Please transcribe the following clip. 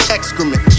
Excrement